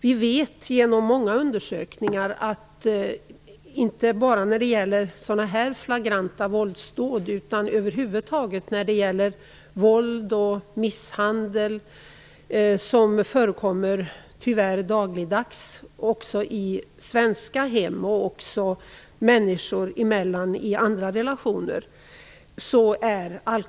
Vi vet genom många undersökningar att alkoholen i mycket stor utsträckning är inblandad, inte bara i den här typen av flagranta våldsdåd utan över huvud taget när det gäller våld och misshandel som tyvärr förekommer dagligdags också i svenska hem och mellan människor i andra relationer.